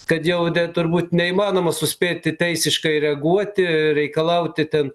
kad jau net turbūt neįmanoma suspėti teisiškai reaguoti reikalauti ten